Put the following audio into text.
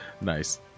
Nice